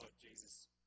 Jesus